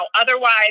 otherwise